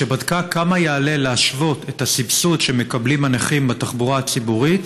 שבדקה כמה יעלה להשוות את הסבסוד שמקבלים הנכים בתחבורה הציבורית